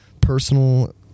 personal